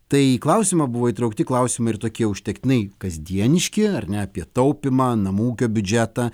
tai į klausimą buvo įtraukti klausimai ir tokie užtektinai kasdieniški ar ne apie taupymą namų ūkio biudžetą